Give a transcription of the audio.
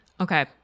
okay